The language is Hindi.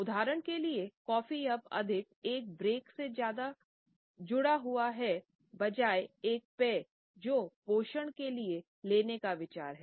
उदाहरण के लिए कॉफी अब अधिक एक ब्रेक के साथ जुड़ा हुआ है बजाए एक पेय जो पोषण के लिए लेने का विचार है